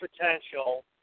potential